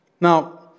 Now